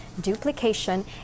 duplication